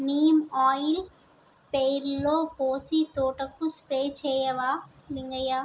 neem oil స్ప్రేయర్లో పోసి తోటకు స్ప్రే చేయవా లింగయ్య